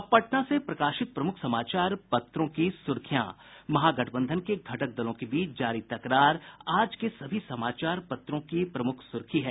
अब पटना से प्रकाशित प्रमुख समाचार पत्रों की सुर्खियां महागठबंधन के घटक दलों के बीच जारी तकरार आज के सभी समाचारों पत्रों की प्रमुख सुर्खी है